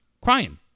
crying